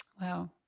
Wow